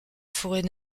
forêt